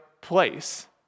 place